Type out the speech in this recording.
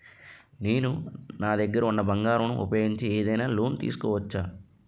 నేను నా దగ్గర ఉన్న బంగారం ను ఉపయోగించి ఏదైనా లోన్ తీసుకోవచ్చా?